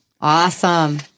Awesome